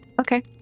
Okay